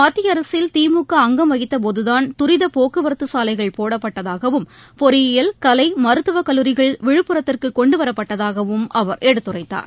மத்திய அரசில் திமுக அங்கம் வகித்த போதுதான் தரித போக்குவரத்து சாலைகள் போடப்பட்டதாகவும் பொறியியல் கலை மருத்துவ கல்லூரிகள் விழுப்புரத்திற்கு கொண்டு வரப்பட்டதாகவும் அவர் எடுத்துரைத்தார்